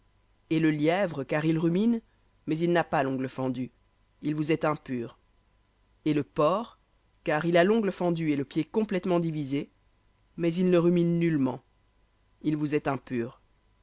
et le lièvre car il rumine mais il n'a pas l'ongle fendu il vous est impur et le porc car il a l'ongle fendu et le pied complètement divisé mais il ne rumine nullement il vous est impur